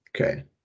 Okay